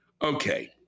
Okay